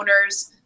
owners